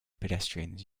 pedestrians